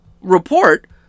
report